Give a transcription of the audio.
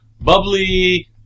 bubbly